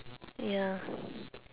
ya